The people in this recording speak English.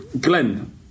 Glenn